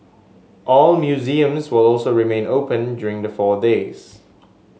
all museums will also remain open during the four days